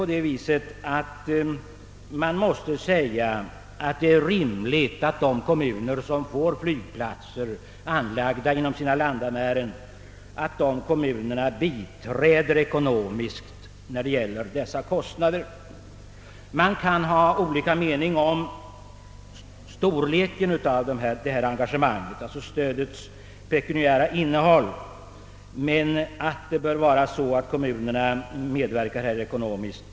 Det måste anses som rimligt att de kommuner som får flygplatser anlagda inom sina landamären biträder ekonomiskt. Man kan ha olika meningar om storleken av dessa engagemang, det vill säga om stödets pekuniära innehåll. Men det bör vara så att kommunerna medverkar ekonomiskt.